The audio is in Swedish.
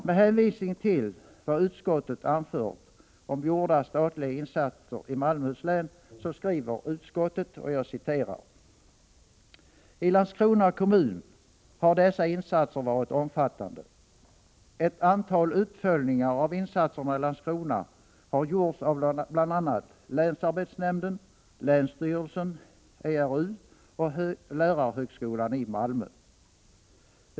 Med hänvisning till vad utskottet har anfört om gjorda statliga insatser i Malmöhus län skriver utskottet: ”I Landskrona kommun har dessa insatser varit omfattande. Ett antal uppföljningar av insatserna i Landskrona har gjorts av bl.a. länsarbetsnämnden, länsstyrelsen, ERU och lärarhögskolan i Malmö.